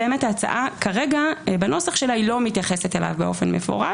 ההצעה כרגע בנוסח שלה לא מתייחסת אליו באופן מפורש.